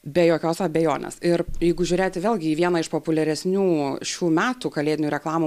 be jokios abejonės ir jeigu žiūrėti vėlgi į vieną iš populiaresnių šių metų kalėdinių reklamų